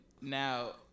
now